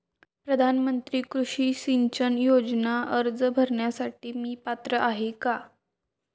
प्रधानमंत्री कृषी सिंचन योजना अर्ज भरण्यासाठी मी पात्र आहे का?